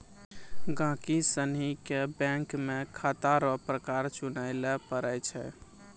गहिकी सनी के बैंक मे खाता रो प्रकार चुनय लै पड़ै छै